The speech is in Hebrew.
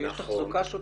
אבל כשיש תחזוקה שוטפת,